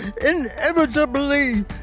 inevitably